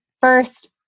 First